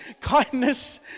kindness